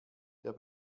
der